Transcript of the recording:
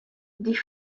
die